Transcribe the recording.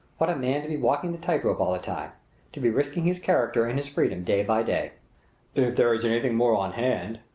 what a man to be walking the tight rope all the time to be risking his character and his freedom day by day! if there is anything more on hand,